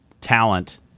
talent